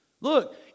Look